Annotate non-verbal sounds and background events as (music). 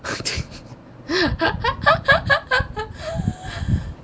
(laughs)